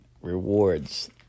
rewards